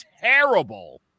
terrible